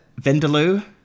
Vindaloo